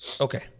Okay